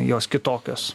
jos kitokios